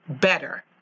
better